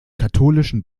katholischen